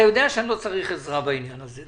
אתה יודע שאני לא צריך עזרה בעניין הזה.